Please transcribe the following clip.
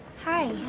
hi.